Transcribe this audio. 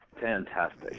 Fantastic